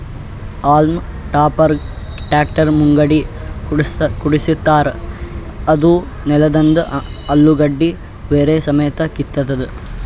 haulm ಟಾಪರ್ಗ್ tractor ಮುಂದಗಡಿ ಕುಡ್ಸಿರತಾರ್ ಅದೂ ನೆಲದಂದ್ ಅಲುಗಡ್ಡಿ ಬೇರ್ ಸಮೇತ್ ಕಿತ್ತತದ್